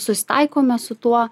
susitaikome su tuo